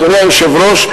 אדוני היושב-ראש,